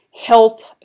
health